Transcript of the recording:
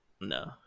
no